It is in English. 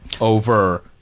over